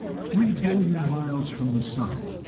three billion miles from the sun,